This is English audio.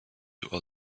only